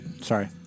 Sorry